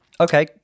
Okay